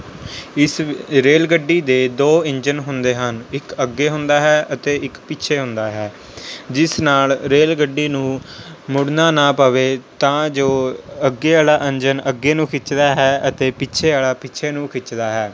ਇਸ ਰੇਲ ਗੱਡੀ ਦੇ ਦੋ ਇੰਜਣ ਹੁੰਦੇ ਹਨ ਇੱਕ ਅੱਗੇ ਹੁੰਦਾ ਹੈ ਅਤੇ ਇੱਕ ਪਿੱਛੇ ਹੁੰਦਾ ਹੈ ਜਿਸ ਨਾਲ ਰੇਲ ਗੱਡੀ ਨੂੰ ਮੁੜਨਾ ਨਾ ਪਵੇ ਤਾਂ ਜੋ ਅੱਗੇ ਵਾਲਾ ਇੰਜਨ ਅੱਗੇ ਨੂੰ ਖਿੱਚਦਾ ਹੈ ਅਤੇ ਪਿੱਛੇ ਵਾਲਾ ਪਿੱਛੇ ਨੂੰ ਖਿੱਚਦਾ ਹੈ